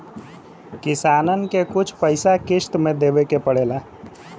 किसानन के कुछ पइसा किश्त मे देवे के पड़ेला